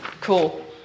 Cool